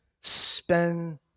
spend